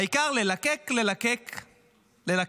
העיקר ללקק, ללקק,